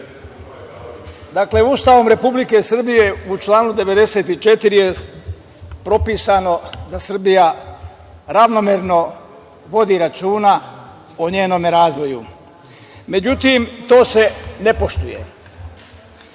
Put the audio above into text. Ustavom Republike Srbije u članu 94. je propisano da Srbija ravnomerno vodi računa o njenome razvoju. Međutim, to se ne poštuje.